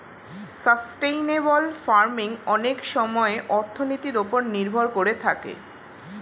sustainable farming অনেক সময়ে অর্থনীতির ওপর নির্ভর করে থাকে